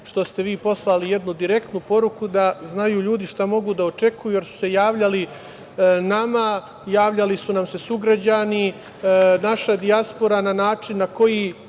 što ste vi poslali jednu direktnu poruku, da znaju ljudi šta mogu da očekuju, jer su se javljali nama, javljali su nam se sugrađani, naša dijaspora, da li da se